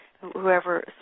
whoever